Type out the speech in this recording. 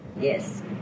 Yes